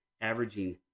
averaging